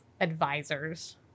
advisors